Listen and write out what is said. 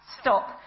Stop